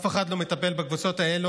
אף אחד לא מטפל בקבוצות האלה,